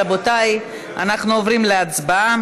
רבותי, אנחנו עוברים להצבעה.